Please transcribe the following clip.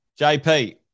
JP